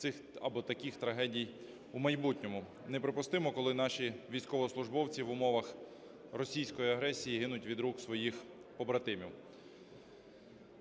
цих або таких трагедій у майбутньому. Неприпустимо, коли наші військовослужбовці в умовах російської агресії гинуть від рук своїх побратимів.